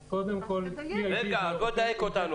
אז תדייק אותנו.